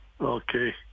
Okay